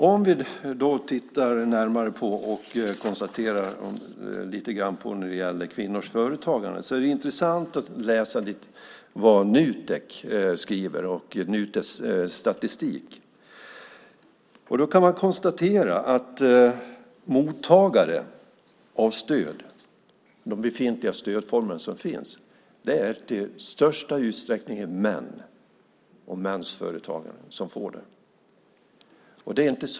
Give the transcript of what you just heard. Om vi tittar närmare på kvinnors företagande är det intressant att läsa vad Nutek skriver och Nuteks statistik. Man kan konstatera att mottagarna av stöd - de befintliga stödformer som finns - är i största utsträckningen män. Det är mäns företagande som får stödet.